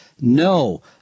No